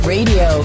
Radio